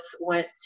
went